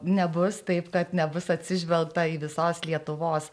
nebus taip kad nebus atsižvelgta į visos lietuvos